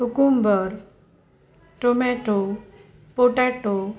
cucumber tomato potato